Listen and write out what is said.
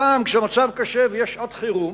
פעם המצב קשה ויש שעת חירום,